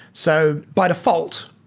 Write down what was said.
so by default,